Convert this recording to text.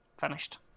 finished